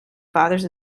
fathers